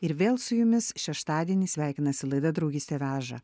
ir vėl su jumis šeštadienį sveikinasi laida draugystė veža